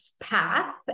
path